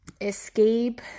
escape